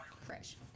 Fresh